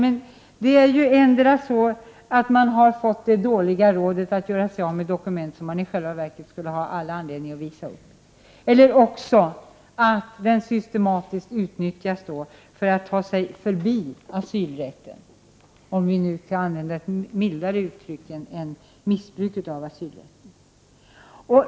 Endera har man fått det dåliga rådet att göra sig av med dokument som man i själva verket skulle ha all anledning att visa upp, eller också utnyttjas dokumentlösheten systematiskt för att man skall kunna ta sig förbi asylrätten — om vi nu kan använda ett mildare uttryck än missbruk av asylrätten.